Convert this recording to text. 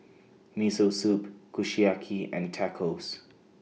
Miso Soup Kushiyaki and Tacos